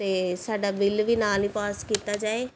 ਅਤੇ ਸਾਡਾ ਬਿੱਲ ਵੀ ਨਾਲ ਹੀ ਪਾਸ ਕੀਤਾ ਜਾਵੇ